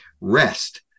rest